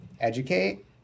educate